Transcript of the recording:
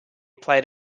played